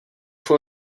fue